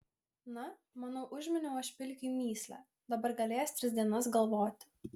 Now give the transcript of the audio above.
na manau užminiau aš pilkiui mįslę dabar galės tris dienas galvoti